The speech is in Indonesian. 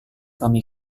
kami